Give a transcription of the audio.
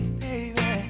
baby